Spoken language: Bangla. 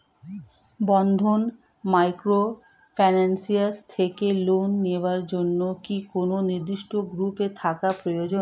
বন্ধন মাইক্রোফিন্যান্স থেকে লোন নেওয়ার জন্য কি কোন নির্দিষ্ট গ্রুপে থাকা প্রয়োজন?